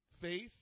Faith